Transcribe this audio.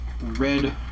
red